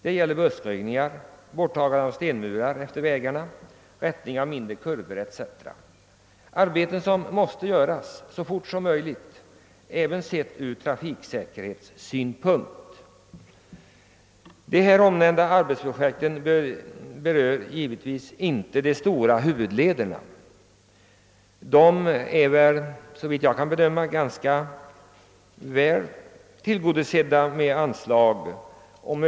Det gäller buskröjningar, borttagande av stenmurar efter vägarna, rätning av mindre kurvor etc, Det är arbeten som måste utföras så fort som möjligt, även sett ur trafiksäkerhetssynpunkt. De här nämnda arbetsprojekten berör givetvis inte de stora huvudlederna. De är, såvitt jag kan bedöma, bättre tillgodosedda med anslag.